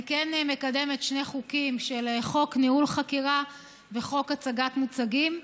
אני כן מקדמת שני חוקים: חוק ניהול חקירה וחוק הצגת מוצגים.